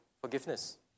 forgiveness